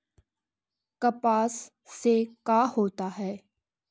कपास से का होता है?